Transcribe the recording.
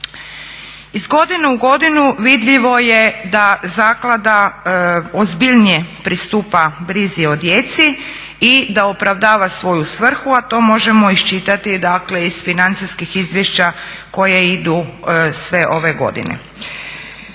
Iz godine u godinu vidljivo je da zaklada ozbiljnije pristupa brizi o djeci i da opravdava svoju svrhu, a to možemo iščitati iz financijskih izvješća koje idu sve ove godine.